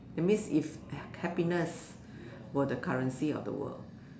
that means if hap~ happiness were the currency of the world